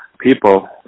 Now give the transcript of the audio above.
people